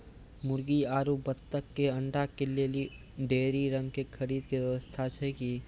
मुर्गी आरु बत्तक के अंडा के लेली डेयरी रंग के खरीद के व्यवस्था छै कि?